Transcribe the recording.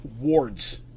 wards